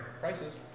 Prices